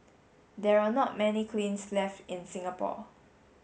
there are not many kilns left in Singapore